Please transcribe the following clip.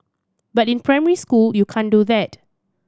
but in primary school you can't do that